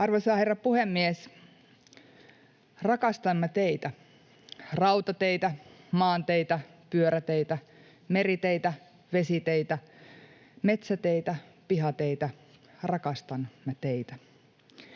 Arvoisa herra puhemies! Rakastan mä teitä, rautateitä, maanteitä, pyöräteitä, meriteitä, vesiteitä, metsäteitä, pihateitä, rakastan mä teitä.